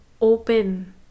open